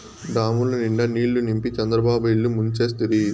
డాముల నిండా నీళ్ళు నింపి చంద్రబాబు ఇల్లు ముంచేస్తిరి